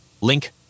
Link